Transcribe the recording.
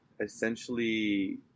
essentially